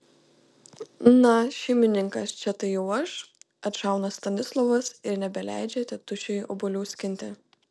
na šeimininkas čia tai jau aš atšauna stanislovas ir nebeleidžia tėtušiui obuolių skinti